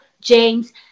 James